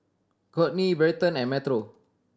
Kourtney Bryton and Metro